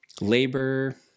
labor